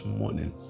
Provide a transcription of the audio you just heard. morning